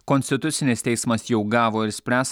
konstitucinis teismas jau gavo ir spręs